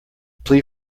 plea